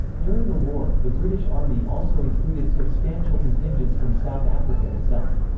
during the war, the british army also included substantial contingents from south africa itself.